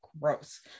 gross